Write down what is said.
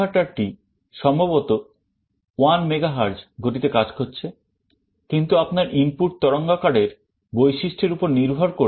AD converter টি সম্ভবত 1 MHz গতিতে কাজ করছে কিন্তু আপনার ইনপুট তরঙ্গাকারের করে